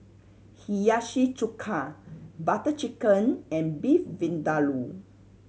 Hiyashi Chuka Butter Chicken and Beef Vindaloo